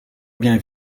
bien